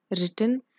written